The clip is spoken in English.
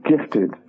gifted